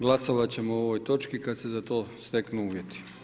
Glasovat ćemo o ovoj točki kada se za to steknu uvjeti.